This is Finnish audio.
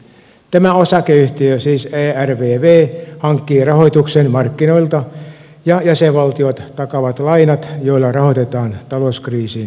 tämä osakeyhtiö siis ervv hankkii rahoituksen markkinoilta ja jäsenvaltiot takaavat lainat joilla rahoitetaan talouskriisiin joutuneita maita